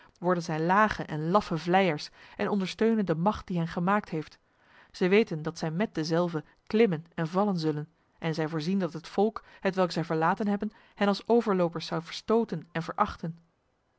worden zij lage en laffe vleiers en ondersteunen de macht die hen gemaakt heeft zij weten dat zij met dezelve klimmen en vallen zullen en zij voorzien dat het volk hetwelk zij verlaten hebben hen als overlopers zou verstoten en verachten